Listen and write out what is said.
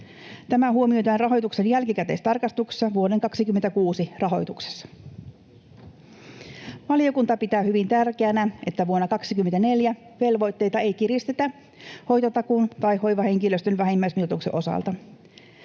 Tämä huomioidaan rahoituksen jälkikäteistarkastuksessa vuoden 26 rahoituksessa. Valiokunta pitää hyvin tärkeänä, että vuonna 24 velvoitteita ei kiristetä hoitotakuun tai hoivahenkilöstön vähimmäismitoituksen osalta.